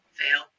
fail